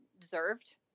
deserved